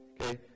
okay